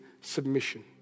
submission